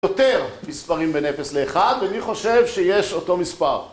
יותר מספרים בין 0 ל-1, ומי חושב שיש אותו מספר